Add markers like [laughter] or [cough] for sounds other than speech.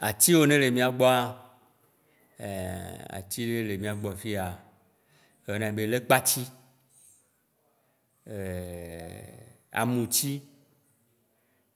Atiwo ne le mìagbɔa, [hesitation] ati ɖe le mìagbɔ fiya wo yɔnɛ be legbati, [hesitation] amuti,